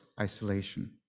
isolation